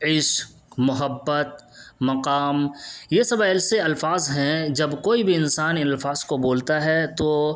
عشق محبت مقام یہ سب ایسے الفاظ ہیں جب کوئی بھی انسان ان الفاظ کو بولتا ہے تو